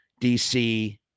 DC